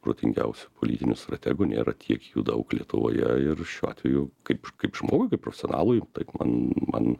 protingiausių politinių strategų nėra tiek jų daug lietuvoje ir šiuo atveju kaip kaip žmogui profesionalui taip man man